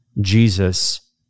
Jesus